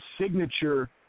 signature